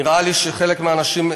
נראה לי שחלק מהאנשים,